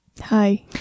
Hi